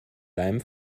leim